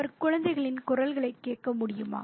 அவர் குழந்தைகளின் குரல்களைக் கேட்க முடியுமா